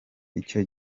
icyo